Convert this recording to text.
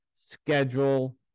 schedule